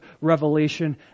revelation